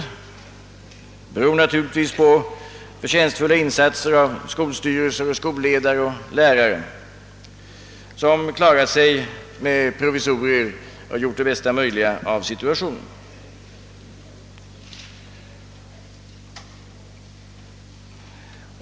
Det beror naturligtvis på förtjänstfulla insatser av skolstyrelser, skolledare och lärare, som klarat sig med provisorier och gjort det bästa möjliga av situationen.